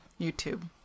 YouTube